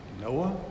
Noah